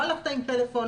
לא הלכת עם טלפון,